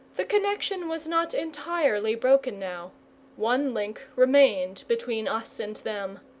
the connexion was not entirely broken now one link remained between us and them.